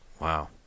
Wow